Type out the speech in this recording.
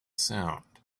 sound